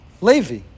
Levi